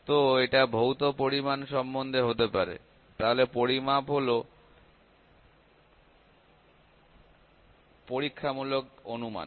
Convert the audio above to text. তো এটা ভৌত পরিমাণ সম্বন্ধে হতে পারে তাহলে পরিমাপ হলো কিছু প্যারামিটারের পরীক্ষা নিরীক্ষা মূলক অনুমান